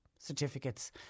Certificates